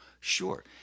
sure